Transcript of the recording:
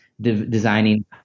designing